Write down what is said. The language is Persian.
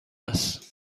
است